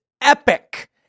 epic